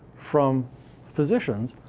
from physicians,